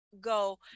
go